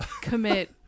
commit